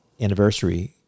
anniversary